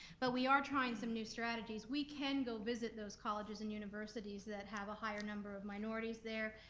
but we are trying some new strategies. we can go visit those colleges and universities that have a higher number of minorities there,